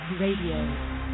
Radio